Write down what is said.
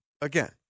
again